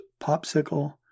popsicle